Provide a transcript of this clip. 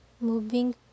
Moving